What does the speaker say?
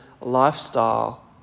lifestyle